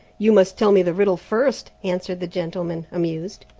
you must tell me the riddle first, answered the gentleman, amused.